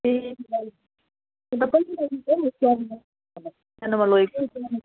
ए सानोमा लगेको